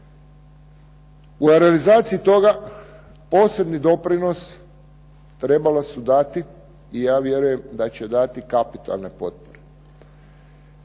u realizaciji toga posebni doprinos trebale su dati ja vjerujem da će dati kapitalne potpore.